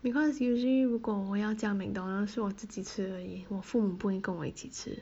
because usually 如果我要叫 McDonald's 是我自己吃而已我父母不会跟我一起吃